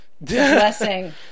Blessing